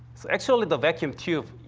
so, actually the vacuum tube,